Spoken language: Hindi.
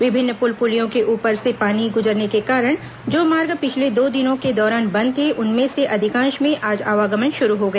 विभिन्न पुल पुलियों के ऊपर से पानी गुजरने के कारण जो मार्ग पिछले दो तीन दिनों के दौरान बंद थे उनमें से अधिकांश में आज आवागमन शुरू हो गया